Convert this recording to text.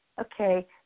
Okay